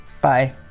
Bye